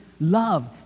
love